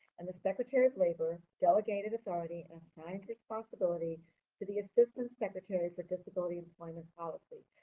and the secretary of labor delegated authority and assigned responsibility to the assistant secretary for disability employment policy.